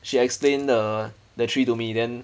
she explained the the three to me then